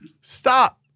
Stop